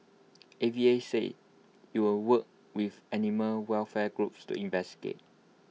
A V A said IT would work with animal welfare groups to investigate